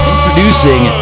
Introducing